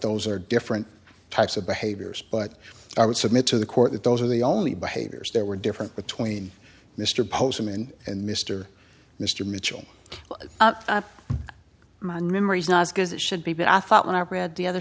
those are different types of behaviors but i would submit to the court that those are the only behaviors there were different between mr postman and mr mr mitchell on memories not because it should be but i thought when i read the other